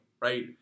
right